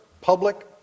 public